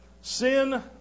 Sin